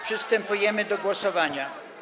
Przystępujemy do głosowania.